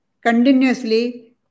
continuously